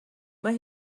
mae